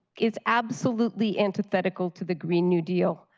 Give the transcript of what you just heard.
is absolutely antithetical to the green new deal.